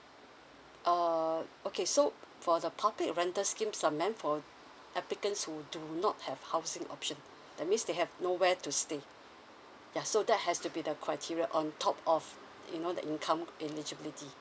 err okay so for the public rental scheme are meant for applicants who do not have housing option that means they have nowhere to stay ya so that has to be the criteria on top of you know the income eligibility